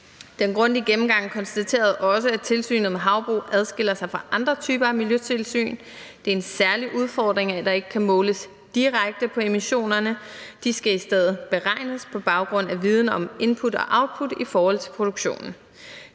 Den grundige gennemgang konstaterede også, at tilsynet med havbrug adskiller sig fra andre typer af miljøtilsyn. Det er en særlig udfordring, at der ikke kan måles direkte på emissionerne. De skal i stedet beregnes på baggrund af viden om input og output i forhold til produktionen.